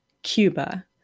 cuba